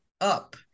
up